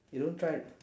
you don't try